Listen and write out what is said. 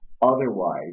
Otherwise